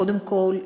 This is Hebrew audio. קודם כול,